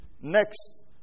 next